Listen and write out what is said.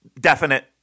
definite